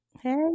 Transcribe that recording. Hey